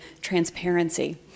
transparency